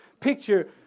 picture